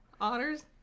Otters